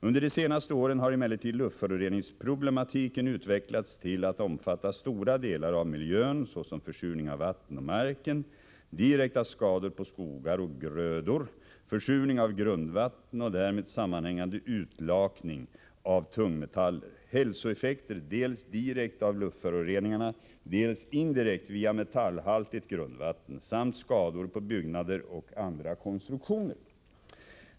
Under de senaste åren har emellertid luftföroreningsproblematiken utvecklats till att omfatta stora delar av miljön, såsom försurning av vatten och marken, direkta skador på skogar och grödor, försurning av grundvatten och därmed sammanhängande utlakning av tungmetaller, hälsoeffekter dels direkt av luftföroreningarna, dels indirekt via metallhaltigt grundvatten samt skador på byggnader och andra konstruktioner.